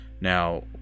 now